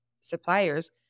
suppliers